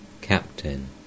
Captain